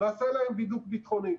נעשה להם בידוק ביטחוני.